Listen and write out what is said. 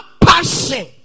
person